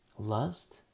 Lust